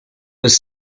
was